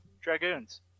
Dragoons